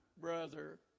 brother